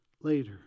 Later